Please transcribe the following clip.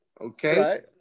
okay